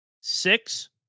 Six